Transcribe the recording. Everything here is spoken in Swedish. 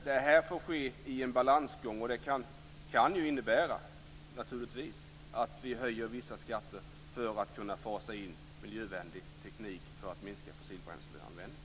Det här får ske i en balansgång. Det kan naturligtvis innebära att vi höjer vissa skatter för att kunna fasa in miljövänlig teknik och minska fossilbränsleanvändningen.